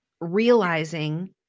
realizing